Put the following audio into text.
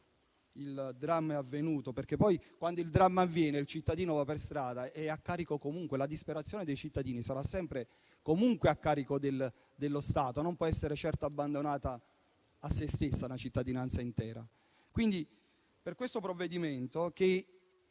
il dramma è avvenuto. Quando poi il dramma avviene, infatti, il cittadino scende per strada e la disperazione dei cittadini sarà sempre e comunque a carico dello Stato, perché non può essere certo abbandonata a sé stessa una cittadinanza intera. Quindi, con questo provvedimento, che